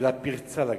אלא הפרצה לגנב.